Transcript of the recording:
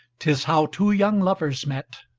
tis how two young lovers met,